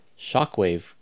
Shockwave